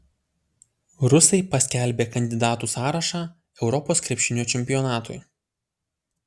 rusai paskelbė kandidatų sąrašą europos krepšinio čempionatui